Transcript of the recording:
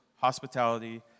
hospitality